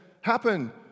happen